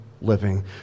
living